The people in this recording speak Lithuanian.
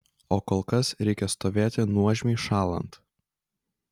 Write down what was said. o kol kas reikia stovėti nuožmiai šąlant